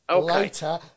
later